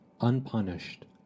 unpunished